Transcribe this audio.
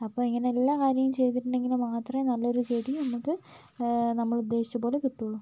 അപ്പോൾ ഇങ്ങനെ എല്ലാ കാര്യവും ചെയ്തിട്ടുണ്ടെങ്കിൽ മാത്രമേ നല്ലൊരു ചെടി നമുക്ക് നമ്മളുദ്ദേശിച്ച പോലെ കിട്ടുള്ളൂ